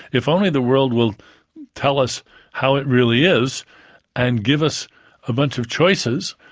if only the world will tell us how it really is and give us a bunch of choices,